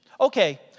Okay